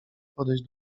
podejść